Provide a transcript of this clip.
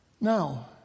Now